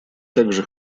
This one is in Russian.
также